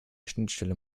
schnittstelle